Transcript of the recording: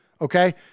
okay